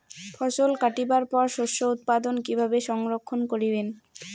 ফছল কাটিবার পর শস্য উৎপাদন কিভাবে সংরক্ষণ করিবেন?